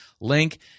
link